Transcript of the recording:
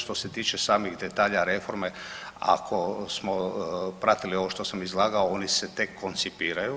Što se tiče samih detalja reforme ako smo pratili ovo što sam izlagao, oni se tek koncipiraju.